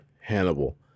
Hannibal